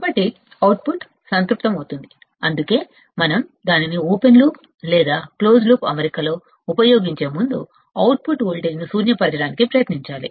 కాబట్టి అవుట్పుట్ సంతృప్తమవుతుంది అందుకే మనం దానిని ఓపెన్ లూప్లో లేదా క్లోజ్డ్ లూప్ అమరిక లో ఉపయోగించే ముందు అవుట్పుట్ వోల్టేజ్ను శూన్యపరచడానికి ప్రయత్నించాలి